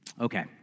Okay